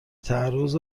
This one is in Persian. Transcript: تعرض